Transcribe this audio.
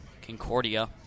Concordia